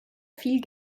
viel